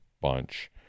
bunch